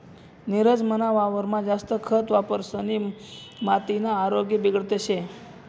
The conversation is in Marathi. नीरज मना वावरमा जास्त खत वापरिसनी मातीना आरोग्य बिगडेल शे